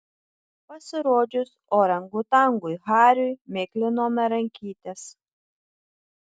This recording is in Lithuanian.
pasirodžius orangutangui hariui miklinome rankytes